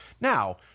Now